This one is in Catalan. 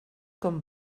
com